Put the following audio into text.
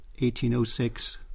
1806